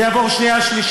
זה יעבור שנייה-שלישית.